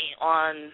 on